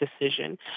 decision